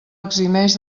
eximeix